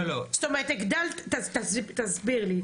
תסביר לי.